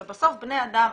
זה בסוף בני אדם.